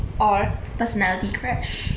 or personality crash